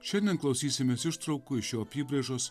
šiandien klausysimės ištraukų iš jo apybrėžos